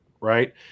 right